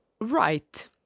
Right